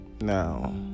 Now